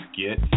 get